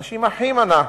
אנשים אחים אנחנו.